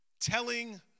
telling